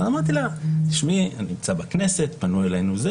אמרתי לה: אני נמצא בכנסת, פנו אלינו.